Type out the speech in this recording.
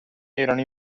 erano